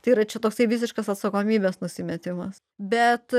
tai yra čia toksai visiškas atsakomybės nusimetimas bet